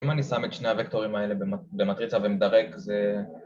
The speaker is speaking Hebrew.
אם אני שם את שני הוקטורים האלה במטריצה ומדרג זה...